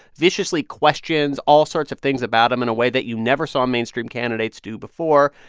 viciously questions all sorts of things about him in a way that you never saw mainstream candidates do before.